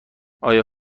آیا